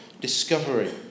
discovery